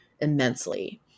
immensely